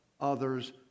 others